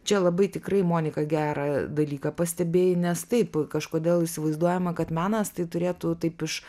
čia labai tikrai monika gerą dalyką pastebėjai nes taip kažkodėl įsivaizduojama kad menas tai turėtų taip iš